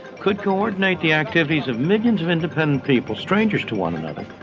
could coordinate the activities of millions of independent people, strangers to one another,